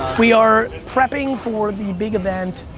we are prepping for the big event.